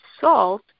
salt